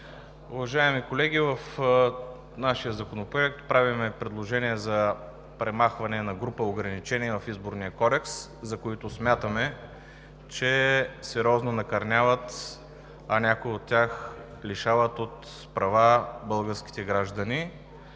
Уважаеми колеги, в нашия законопроект правим предложение за премахване на група ограничения в Изборния кодекс, за които смятаме, че сериозно накърняват, а някои от тях лишават от права българските граждани.